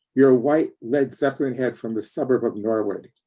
you're a white led zeppelin-head from the suburb of norwood.